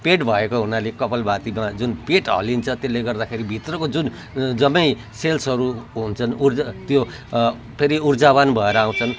पेट भएको हुनाले कपालभातीमा जुन पेट हल्लिन्छ त्यसले गर्दाखेरि भित्रको जुन जम्मै सेल्सहरू हुन्छन् ऊर्जा त्यो फेरि ऊर्जावान् भएर आउँछन्